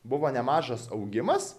buvo nemažas augimas